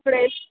Suresh